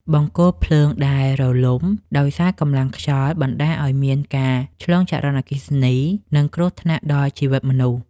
បង្គោលភ្លើងដែលរលំដោយសារកម្លាំងខ្យល់បណ្តាលឱ្យមានការឆ្លងចរន្តអគ្គិសនី និងគ្រោះថ្នាក់ដល់ជីវិតមនុស្ស។